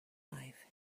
life